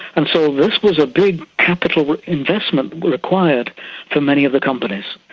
and so this was a big capital investment required for many of the companies,